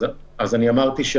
אז אמרתי.